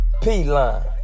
P-Line